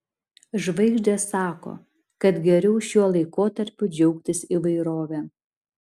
žvaigždės sako kad geriau šiuo laikotarpiu džiaugtis įvairove